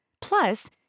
Plus